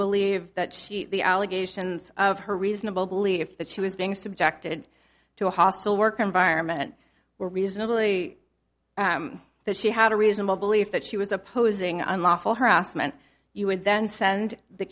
believe that she the allegations of her reasonable belief that she was being subjected to a hostile work environment were reasonably that she had a reasonable belief that she was opposing unlawful harassment you would then send the